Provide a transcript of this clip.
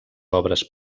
obres